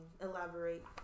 elaborate